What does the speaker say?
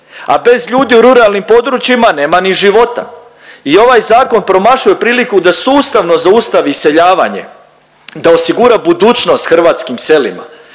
a bez ljudi u ruralnim područjima nema ni života. I ovaj zakon promašuje priliku da sustavno zaustavi iseljavanje, da osigura budućnost hrvatskim selima.